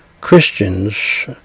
Christians